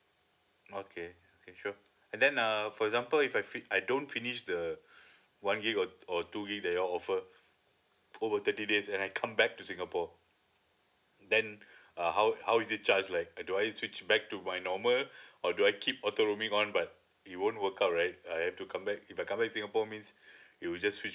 okay okay sure and then uh for example if I fi~ I don't finish the one gig or or two gig that you're offer over thirty days and I come back to singapore then uh how how is it charge like do I need to switch back to my normal or do I keep auto roaming on but it won't work out right I have to come back if I come back to singapore means it will just switch